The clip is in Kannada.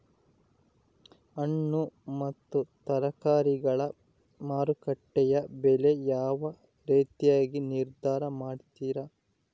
ಹಣ್ಣು ಮತ್ತು ತರಕಾರಿಗಳ ಮಾರುಕಟ್ಟೆಯ ಬೆಲೆ ಯಾವ ರೇತಿಯಾಗಿ ನಿರ್ಧಾರ ಮಾಡ್ತಿರಾ?